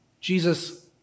Jesus